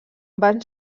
van